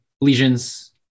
lesions